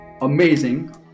amazing